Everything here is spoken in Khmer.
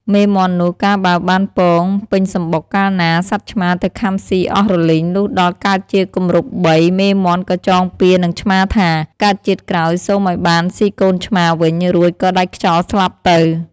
មេមាន់នោះ កាលបើបានពងពេញសំបុកកាលណា សត្វឆ្មាទៅខាំស៊ីអស់រលីង លុះដល់កើតជាគម្រប់បី មេមាន់ក៏ចងពៀរនឹងឆ្មាថា "កើតជាតិក្រោយសូមឲ្យបានស៊ីកូនឆ្មាវិញ” រួចក៏ដាច់ខ្យល់ស្លាប់ទៅ។